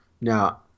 Now